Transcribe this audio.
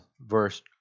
verse